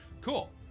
Cool